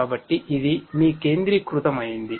కాబట్టి ఇది మీ కేంద్రీకృతమైంది